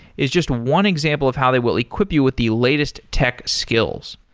is just one example of how they will equip you with the latest tech skills.